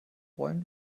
wollen